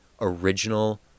original